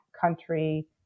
country